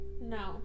no